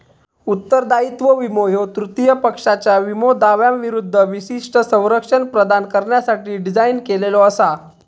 उत्तरदायित्व विमो ह्यो तृतीय पक्षाच्यो विमो दाव्यांविरूद्ध विशिष्ट संरक्षण प्रदान करण्यासाठी डिझाइन केलेला असा